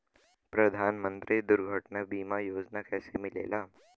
प्रधानमंत्री दुर्घटना बीमा योजना कैसे मिलेला?